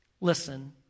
listen